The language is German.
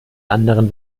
anderen